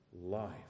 life